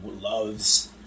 loves